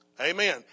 Amen